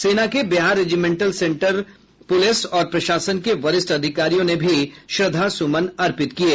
सेना के Bihar regimental centre police और प्रशासन के वरिष्ठ अधिकारियों ने भी श्रद्धा सुमन अर्पित किये